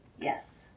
Yes